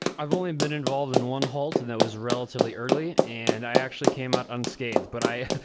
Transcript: i've only and been involved in one halt, and that was relatively early. and i actually came out unscathed. but i,